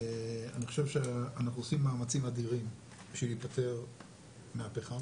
אני חושב שאנחנו עושים מאמצים אדירים בשביל להיפטר מהפחם.